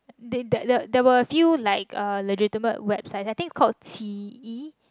they there there there were a few like uh legitimate website I think called T E